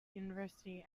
university